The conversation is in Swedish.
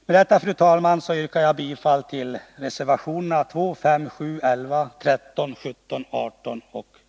Med detta, fru talman, yrkar jag bifall till reservationerna 2, 5, 7, 11, 13, 17, 18 och 21.